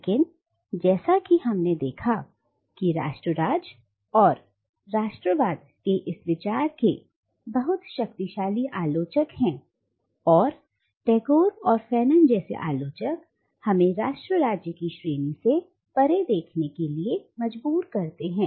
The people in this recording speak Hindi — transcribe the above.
लेकिन जैसा कि हमने देखा कि राष्ट्र राज्य और राष्ट्रवाद के इस विचार के बहुत शक्तिशाली आलोचक हैं और टैगोर और फैशन जैसी आलोचक हमें राष्ट्र राज्य की श्रेणी से परे देखने के लिए मजबूर करते हैं